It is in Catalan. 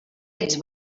ets